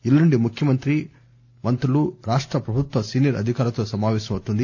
ఎల్లుండి ముఖ్యమంత్రి మంత్రులు రాష్టప్రభుత్వ సీనియర్ అధికారులతో సమాపేశమవుతుంది